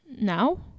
Now